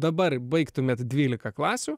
dabar baigtumėt dvylika klasių